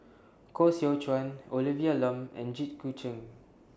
Koh Seow Chuan Olivia Lum and Jit Koon Ch'ng